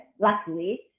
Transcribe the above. luckily